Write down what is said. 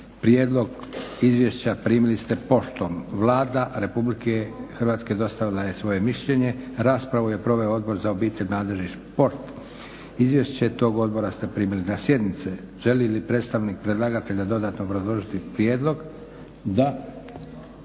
Prijedlog izvješća primili ste poštom. Vlada Republike Hrvatske dostavila je svoje mišljenje. Raspravu je proveo Odbor za obitelj, mladež i sport. Izvješće tog odbora ste primili na sjednici. Želi li predstavnik predlagatelja dodatno obrazložiti prijedlog? Da.